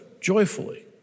joyfully